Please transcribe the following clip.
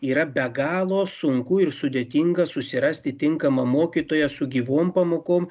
yra be galo sunku ir sudėtinga susirasti tinkamą mokytoją su gyvom pamokom